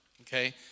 okay